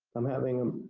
i'm having,